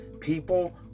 people